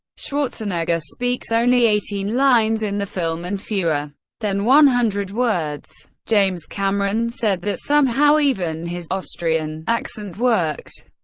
schwarzenegger speaks only eighteen lines in the film, and fewer than one hundred words. james cameron said that somehow, even his ah and accent worked.